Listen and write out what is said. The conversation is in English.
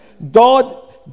God